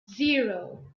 zero